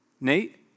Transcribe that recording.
Nate